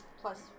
Plus